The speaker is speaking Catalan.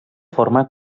forma